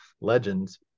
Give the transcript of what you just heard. legends